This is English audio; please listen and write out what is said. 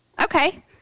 okay